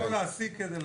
כן.